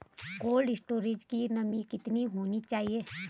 Cold storage की नमी कितनी होनी चाहिए?